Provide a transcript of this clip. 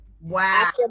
Wow